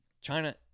China